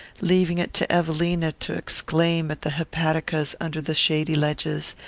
leaving it to evelina to exclaim at the hepaticas under the shady ledges,